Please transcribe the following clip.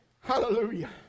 Hallelujah